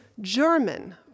German